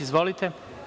Izvolite.